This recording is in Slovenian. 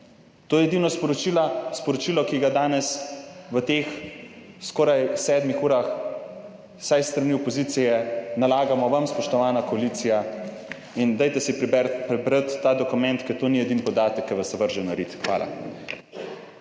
to je edino sporočilo, ki ga danes v teh skoraj sedmih urah vsaj s strani opozicije nalagamo vam, spoštovana koalicija. In dajte si prebrati ta dokument, ker to ni edini podatek, ki vas vrže na rit. Hvala.